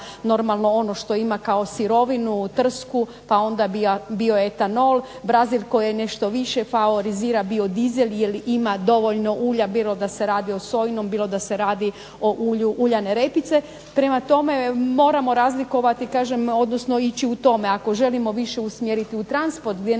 normalno ono što ima kao sirovinu, trsku pa onda bioetanol. Brazil koji je nešto više favorizira biodizel jer ima dovoljno ulja, bilo da se radi o sojinom, bilo da se radi o ulju uljane repice. Prema tome moramo razlikovati kažem, odnosno ići u tome ako želimo više usmjeriti u transport gdje